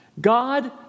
God